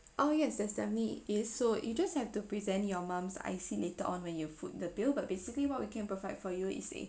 oh yes there's definitely is so you just have to present your mum's I_C later on when you foot the bill but basically what we can perfect for you is